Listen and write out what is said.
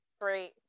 Great